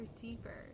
deeper